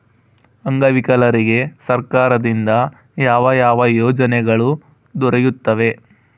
ಅಂಗವಿಕಲರಿಗೆ ಸರ್ಕಾರದಿಂದ ಯಾವ ಯಾವ ಯೋಜನೆಗಳು ದೊರೆಯುತ್ತವೆ?